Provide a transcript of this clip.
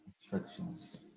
instructions